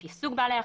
לפי סוג בעלי החיים,